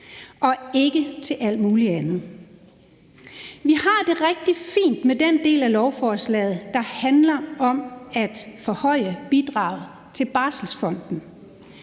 og ikke til alt muligt andet. Vi har det rigtig fint med den del af lovforslaget, der handler om at forhøje bidraget til barselsfonden.